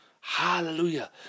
Hallelujah